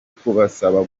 kubasaba